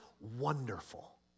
wonderful